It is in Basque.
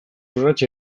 urrats